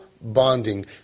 bonding